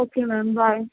okay ma'am bye